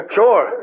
sure